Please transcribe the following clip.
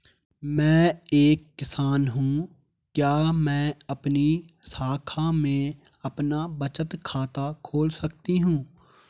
मैं एक किसान हूँ क्या मैं आपकी शाखा में अपना बचत खाता खोल सकती हूँ?